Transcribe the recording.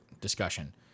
discussion